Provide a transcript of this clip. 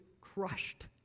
crushed